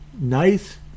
nice